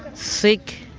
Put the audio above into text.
sick,